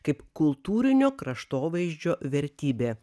kaip kultūrinio kraštovaizdžio vertybė